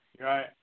Right